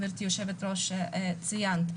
גברתי יושבת-הראש ציינת,